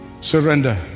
surrender